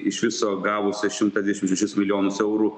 iš viso gavusi šimtą dvidešim šešis milijonus eurų